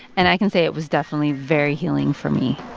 and i can say it was definitely very healing for me